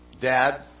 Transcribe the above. Dad